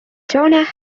jonah